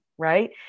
right